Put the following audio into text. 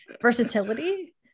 versatility